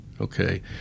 okay